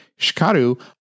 Shikaru